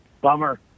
Bummer